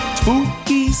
Spooky